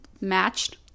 matched